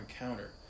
encounter